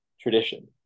tradition